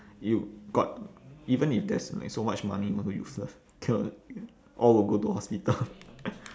you got even if there's like so much money also useless cannot all will go to hospital